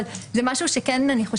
אבל זה משהו שכן צריך לחשוב עליו.